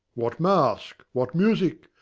what masque? what music?